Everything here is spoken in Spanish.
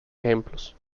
ejemplos